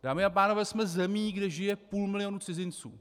Dámy a pánové, jsme zemí, kde žije půl milionu cizinců.